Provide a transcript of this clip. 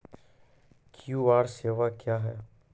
QR सेवा क्या हैं?